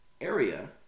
area